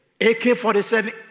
AK-47